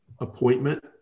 appointment